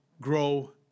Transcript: grow